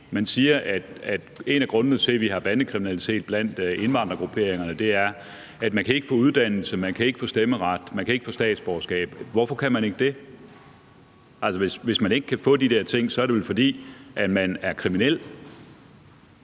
man siger, at en af grundene til, at vi har bandekriminalitet blandt indvandrergrupperingerne, er, at man ikke kan få uddannelse, man ikke kan få stemmeret, man ikke kan få statsborgerskab. Hvorfor kan man ikke det? Altså, hvis man ikke kan få de der ting, er det vel, fordi man er kriminel.